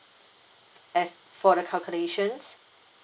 as for the calculations